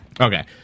Okay